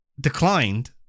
declined